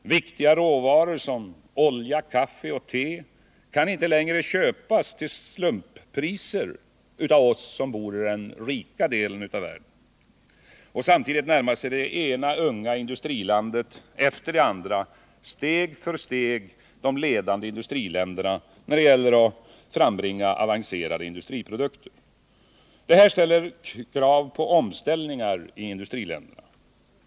Viktiga råvaror som olja, kaffe och te kan inte längre köpas till slumppriser av oss som bor i de rika länderna. Samtidigt närmar sig det ena unga industrilandet efter det andra steg för steg de ledande industriländerna när det gäller att frambringa avancerade industriprodukter. Det ställer krav på omställningar i industriländerna.